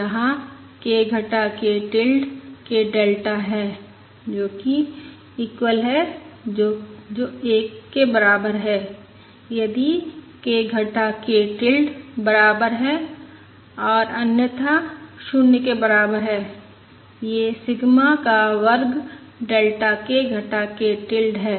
जहां k घटा k tilde के डेल्टा है जो कि eq है जो 1 के बराबर है यदि k घटा k टिल्ड बराबर है और अन्यथा 0 के बराबर है यह सिग्मा का वर्ग डेल्टा k घटा k टिल्ड है